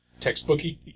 textbooky